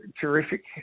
terrific